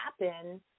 happen